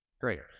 Great